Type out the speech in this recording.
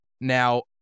Now